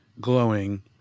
glowing